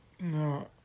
No